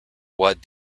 what